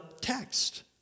text